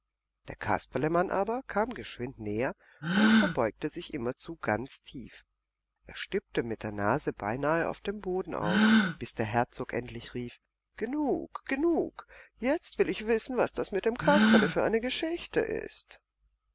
der kasperlemann aber kam geschwind näher und verbeugte sich immerzu ganz tief er stippte mit der nase beinahe auf dem boden auf bis der herzog endlich rief genug genug jetzt will ich wissen was das mit dem kasperle für eine geschichte ist